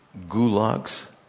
gulags